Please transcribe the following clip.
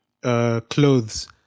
Clothes